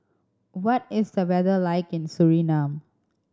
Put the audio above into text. what is the weather like in Suriname